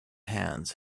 hands